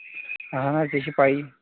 اَہن حظ تہِ چھِ پَیی